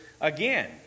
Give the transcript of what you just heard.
again